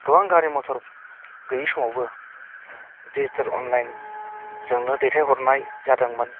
गोबां गारि मटर गैयि समावबो डिजिटेल अनलाइन जोंनो दैथाइ हरनाय जादोंमोन